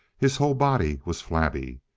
his whole body was flabby.